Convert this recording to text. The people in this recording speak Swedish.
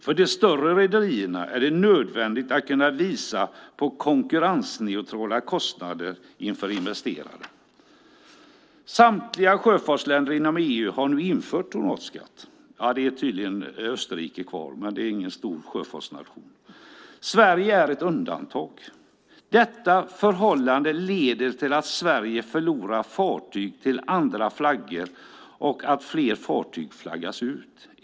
För de större rederierna är det nödvändigt att kunna visa på konkurrensneutrala kostnader för investerare. Samtliga sjöfartsländer inom EU har nu infört tonnageskatt. Tydligen är Österrike kvar, men det är ingen stor sjöfartsnation. Sverige är ett undantag. Detta förhållande leder till att Sverige förlorar fartyg till andra flaggor och att fler fartyg flaggas ut.